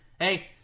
Hey